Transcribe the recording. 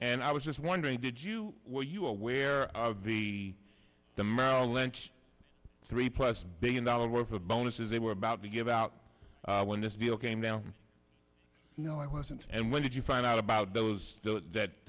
and i was just wondering did you were you aware of the the merrill lynch three plus billion dollars worth of bonuses they were about to give out when this deal came down you know i wasn't and when did you find out about those that